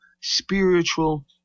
spiritual